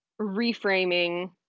reframing